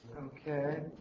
Okay